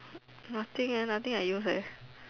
nothing eh nothing I use eh